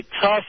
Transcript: tough